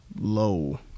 low